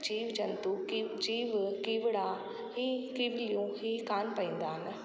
जीव जंतु की जीव कीड़ा ही किव्लियूं ही कान पवंदा आहिनि